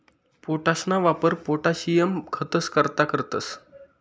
पोटाशना वापर पोटाशियम खतंस करता करतंस